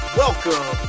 Welcome